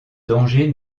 danger